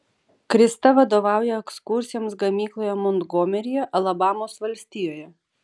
krista vadovauja ekskursijoms gamykloje montgomeryje alabamos valstijoje